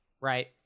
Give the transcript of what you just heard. Right